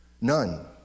None